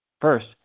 first